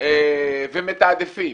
ומתעדפים